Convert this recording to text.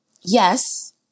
yes